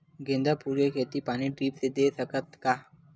गेंदा फूल के खेती पानी ड्रिप से दे सकथ का?